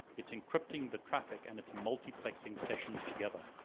it's encrypting the traffic and it's multiplexing sessions together.